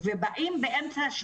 תודה, כבוד היושב-ראש על ההקדמה.